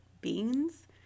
beans